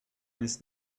his